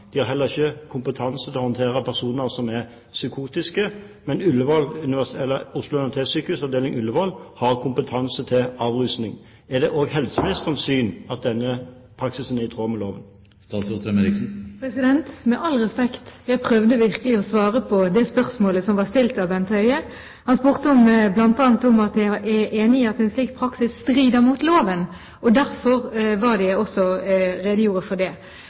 De har heller ikke kompetanse til å håndtere personer som er psykotiske, men Oslo universitetssykehus, avdeling Ullevål har kompetanse når det gjelder avrusing. Er det også helseministerens syn at denne praksisen er i tråd med loven? Med all respekt: Jeg prøvde virkelig å svare på det spørsmålet som ble stilt av Bent Høie. Han spurte bl.a. om jeg er enig i at en slik praksis strider mot loven. Det var derfor jeg også redegjorde for det.